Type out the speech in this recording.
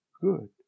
good